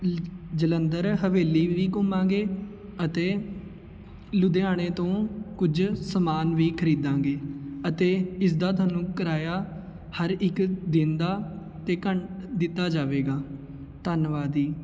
ਜਲੰਧਰ ਹਵੇਲੀ ਵੀ ਘੁੰਮਾਂਗੇ ਅਤੇ ਲੁਧਿਆਣੇ ਤੋਂ ਕੁਝ ਸਮਾਨ ਵੀ ਖਰੀਦਾਂਗੇ ਅਤੇ ਇਸ ਦਾ ਤੁਹਾਨੂੰ ਕਿਰਾਇਆ ਹਰ ਇੱਕ ਦਿਨ ਦਾ ਅਤੇ ਘੰ ਦਿੱਤਾ ਜਾਵੇਗਾ ਧੰਨਵਾਦ ਜੀ